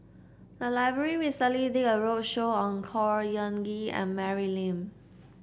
the library recently did a roadshow on Khor Ean Ghee and Mary Lim